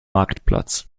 marktplatz